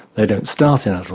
they don't start in